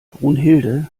brunhilde